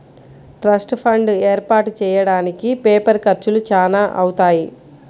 trust fund ఏర్పాటు చెయ్యడానికి paper ఖర్చులు చానా అవుతాయి